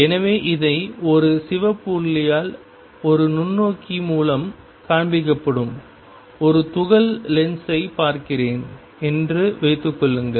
எனவே இதை ஒரு சிவப்பு புள்ளியால் ஒரு நுண்ணோக்கி மூலம் காண்பிக்கப்படும் ஒரு துகள் லென்ஸைப் பார்க்கிறேன் என்று வைத்துக் கொள்ளுங்கள்